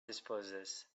disposes